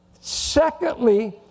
secondly